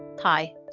Hi